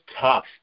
tough